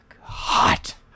hot